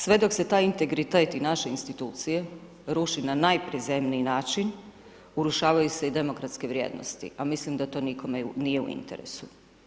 Sve dok se taj integritet i naše institucije ruši na najprizemniji način urušavaju se i demokratske vrijednosti, a mislim da to nikome nije u interesu.